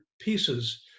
pieces